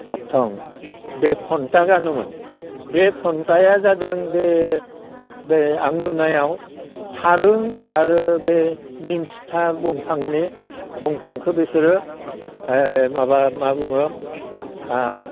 आबथं बे फनथा गानोमोन बे फनथाया जादों बे बे आं नुनायाव थारों आरो बे निमसिथा बंफांनि बंफांखो बिसोरो माबा मा बुङो